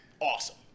awesome